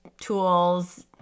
tools